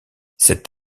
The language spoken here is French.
cet